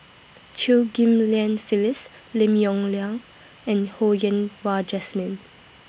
Chew Ghim Lian Phyllis Lim Yong Liang and Ho Yen Wah Jesmine